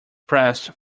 pressed